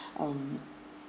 um